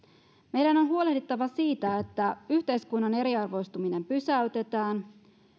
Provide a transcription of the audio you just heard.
meidän on huolehdittava siitä että yhteiskunnan eriarvoistuminen pysäytetään